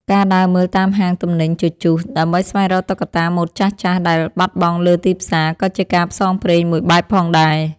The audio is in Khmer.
ការដើរមើលតាមហាងទំនិញជជុះ ដើម្បីស្វែងរកតុក្កតាម៉ូដចាស់ៗដែលបាត់បង់លើទីផ្សារ ក៏ជាការផ្សងព្រេងមួយបែបផងដែរ។